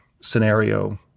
scenario